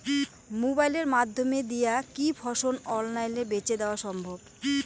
মোবাইলের মইধ্যে দিয়া কি ফসল অনলাইনে বেঁচে দেওয়া সম্ভব?